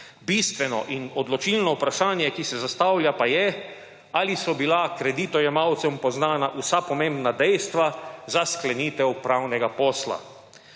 Bistveno in odločilno vprašanje, ki se zastavlja, pa je, ali so bila kreditojemalcem poznana vsa pomembna dejstva za sklenitev pravnega posla.